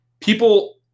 People